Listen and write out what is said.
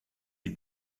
die